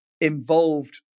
involved